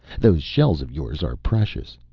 those shells of yours are precious.